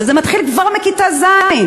וזה מתחיל כבר מכיתה ז'.